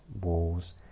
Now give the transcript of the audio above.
walls